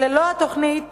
שללא התוכנית